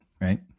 Right